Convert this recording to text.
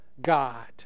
God